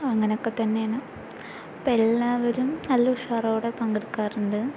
അങ്ങനൊക്കെ തന്നെയാണ് ഇപ്പോൾ എല്ലാവരും നല്ല ഉഷാറോടെ പങ്കെടുക്കാറുണ്ട്